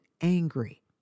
angry